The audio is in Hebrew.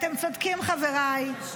אתם צודקים, חבריי.